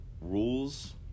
rules